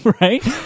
right